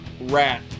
Rat